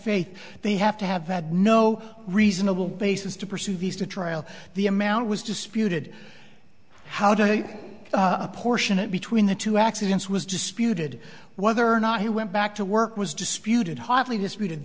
faith they have to have had no reasonable basis to pursue these to trial the amount was disputed how do you push it between the two accidents was disputed whether or not he went back to work was disputed hotly disputed